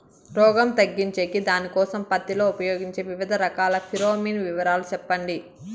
రోగం తగ్గించేకి దానికోసం పత్తి లో ఉపయోగించే వివిధ రకాల ఫిరోమిన్ వివరాలు సెప్పండి